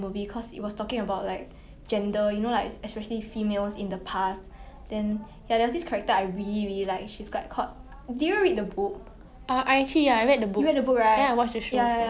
ya I watched